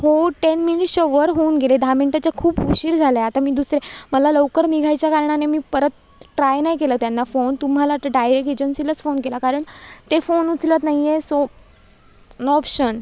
हो टेन मिनिट्सच्या वर होऊन गेले दहा मिनटाच्या खूप उशीर झाला आहे आता मी दुसरं मला लवकर निघायच्या कारणाने मी परत ट्राय नाही केला त्यांना फोन तुम्हाला डायरेक एजन्सीलाच फोन केला कारण ते फोन उचलत नाही आहे सो नो ऑप्शन